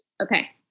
Okay